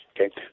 okay